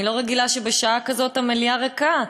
אני לא רגילה שבשעה כזאת המליאה ריקה.